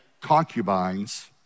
concubines